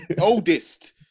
Oldest